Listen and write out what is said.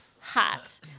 hot